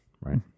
right